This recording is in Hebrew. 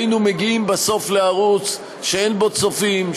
היינו מגיעים בסוף לערוץ שאין לו צופים,